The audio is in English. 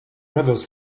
rivers